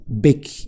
big